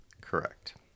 Correct